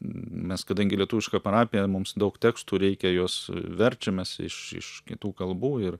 mes kadangi lietuviška parapija mums daug tekstų reikia juos verčiamės iš iš kitų kalbų ir